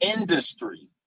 industry